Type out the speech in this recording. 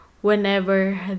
whenever